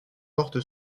porte